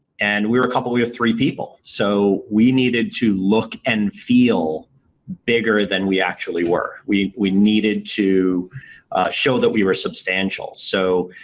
and we were a couple away of three people. so, we needed to look and feel bigger than we actually were. we we needed to show that we were substantial. so,